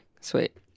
sweet